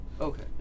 Okay